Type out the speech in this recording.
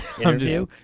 Interview